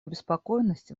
обеспокоенность